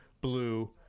blue